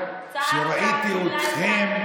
מאי, כשראיתי אתכם,